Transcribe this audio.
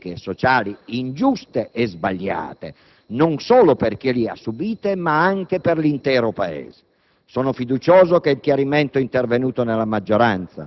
frutto e conseguenza di scelte economiche, politiche e sociali ingiuste e sbagliate, non solo per chi le ha subite, ma anche per l'intero Paese.